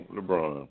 LeBron